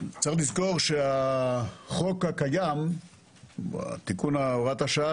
צריך לזכור שהחוק הקיים או הוראת השעה